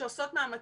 שעושות מאמצים.